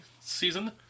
season